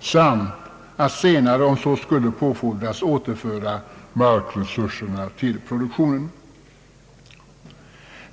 samt att senare, om så skulle erfordras, återföra markreserverna till produktionen.